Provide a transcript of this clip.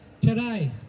today